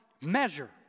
measure